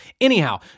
Anyhow